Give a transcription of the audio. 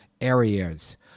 areas